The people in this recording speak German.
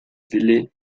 wille